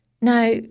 Now